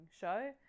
show